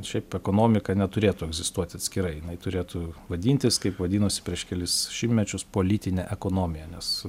šiaip ekonomika neturėtų egzistuoti atskirai jinai turėtų vadintis kaip vadinosi prieš kelis šimtmečius politine ekonomija nes